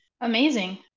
Amazing